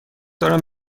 دارم